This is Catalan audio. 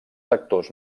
sectors